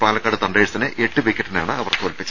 പാലക്കാട് തണ്ടേഴ്സിനെ എട്ടുപിക്കറ്റിനാണ് അവർ തോൽപിച്ചത്